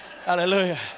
Hallelujah